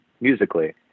musically